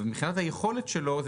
ומבחינת היכולת שלו,